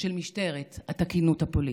של משטרת התקינות הפוליטית,